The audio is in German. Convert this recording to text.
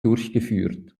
durchgeführt